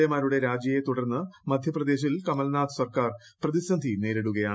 എമാരുടെ രാജിയെ തുടർന്ന് മധ്യപ്രദേശിൽ കമൽനാഥ് സർക്കാർ പ്രതിസന്ധി നേരിടുകയാണ്